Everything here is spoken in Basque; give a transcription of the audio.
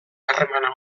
harremana